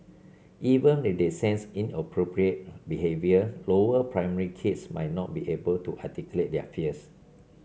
even if they sense inappropriate behaviour lower primary kids might not be able to articulate their fears